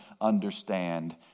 understand